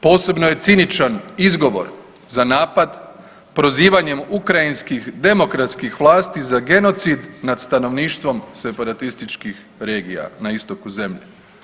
Posebno je ciničan izgovor za napad prozivanjem ukrajinskih demokratskih vlasti za genocid nad stanovništvom separatističkih regija na istoku zemlje.